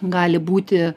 gali būti